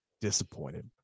disappointed